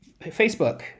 Facebook